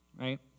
Right